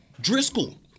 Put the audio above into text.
Driscoll